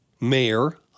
mayor